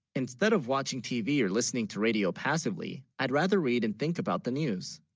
instead of watching tv or listening to radio passively i'd rather read and think about the news